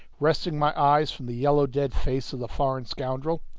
wresting my eyes from the yellow dead face of the foreign scoundrel.